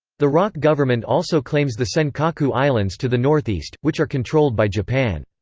the roc government also claims the senkaku islands to the northeast, which are controlled by japan.